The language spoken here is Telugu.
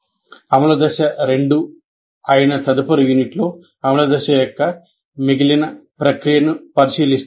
అమలు దశ 2 అయిన తదుపరి యూనిట్లో అమలు దశ యొక్క మిగిలిన ప్రక్రియను పరిశీలిస్తాము